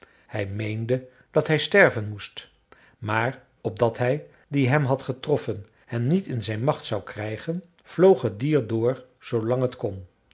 hij meende dat hij sterven moest maar opdat hij die hem had getroffen hem niet in zijn macht zou krijgen vloog het dier door zoolang het kon